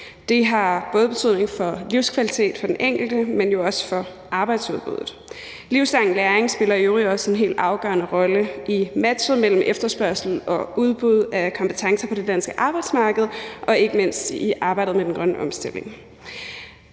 Det har både betydning for livskvaliteten for den enkelte, men jo også for arbejdsudbuddet. Livslang læring spiller i øvrigt også en helt afgørende rolle i matchet mellem efterspørgslen og udbuddet af kompetencer på det danske arbejdsmarked og ikke mindst i arbejdet med den grønne omstilling.